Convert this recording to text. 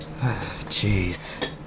jeez